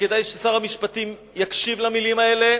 וכדאי ששר המשפטים יקשיב למלים האלה,